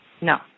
No